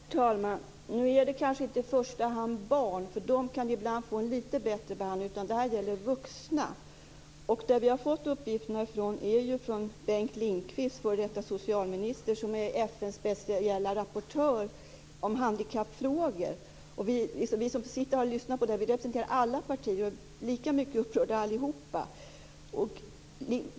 Herr talman! Nu gäller det kanske inte i första hand barn. De kan ibland få en lite bättre behandling. Det här gäller vuxna. Vi har fått dessa uppgifter från Bengt Lindqvist, f.d. socialminister, som är FN:s speciella rapportör om handikappfrågor. Vi som har lyssnat på dessa seminarier representerar alla partier, och vi är lika mycket upprörda allihop.